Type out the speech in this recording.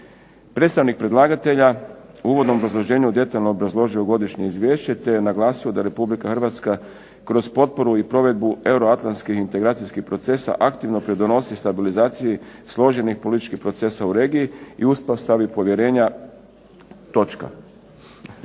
Predstavnik predlagatelja u uvodnom obrazloženju detaljno je obrazložio Godišnje izvješće te je naglasio da Republika Hrvatska kroz potporu i provedbu euroatlantskih integracijskih procesa aktivno pridonosi stabilizaciji složenih političkih procesa u regiji i uspostavi povjerenja.